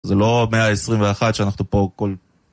זה לא המאה ה-21 שאנחנו פה כל...